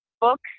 book